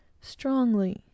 strongly